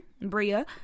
Bria